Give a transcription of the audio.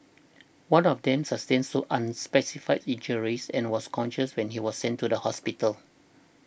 one of them sustained so unspecified injuries and was conscious when he was sent to hospital